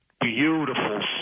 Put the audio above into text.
beautiful